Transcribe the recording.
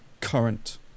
current